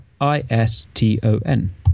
I-S-T-O-N